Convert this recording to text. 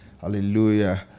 Hallelujah